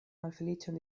malfeliĉon